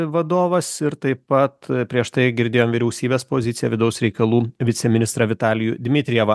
vadovas ir taip pat prieš tai girdėjom vyriausybės poziciją vidaus reikalų viceministrą vitalijų dmitrijevą